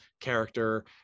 character